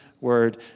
word